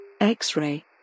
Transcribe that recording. X-ray